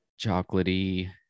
chocolatey